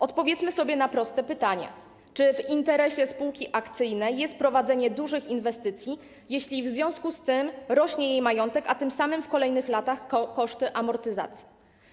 Odpowiedzmy sobie na proste pytania: Czy w interesie spółki akcyjnej jest prowadzenie dużych inwestycji, jeśli w związku z tym rośnie jej majątek, a tym samym w kolejnych latach rosną koszty amortyzacji?